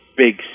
Big